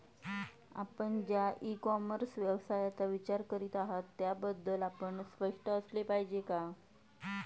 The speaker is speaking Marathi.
आपण ज्या इ कॉमर्स व्यवसायाचा विचार करीत आहात त्याबद्दल आपण स्पष्ट असले पाहिजे का?